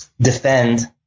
defend